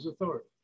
authority